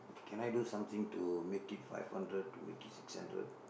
can I do something to make it five hundred to make it six hundred